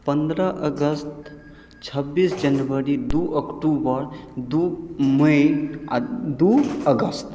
पन्द्रह अगस्त छब्बीस जनवरी दू अक्टूबर दू मई आ दू अगस्त